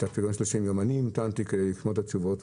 אני המתנתי לשמוע את התשובות,